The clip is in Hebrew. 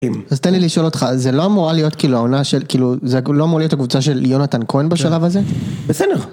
אז תן לי לשאול אותך, זה לא אמורה להיות כאילו העונה של כאילו זה לא אמורה להיות הקבוצה של יונתן כהן בשלב הזה? בסדר.